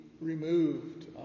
removed